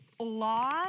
law